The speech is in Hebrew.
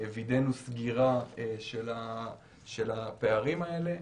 וידאנו סגירה של הפערים האלה.